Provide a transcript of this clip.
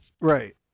right